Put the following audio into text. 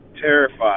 terrified